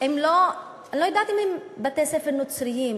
אני לא יודעת אם הם בתי-ספר נוצריים,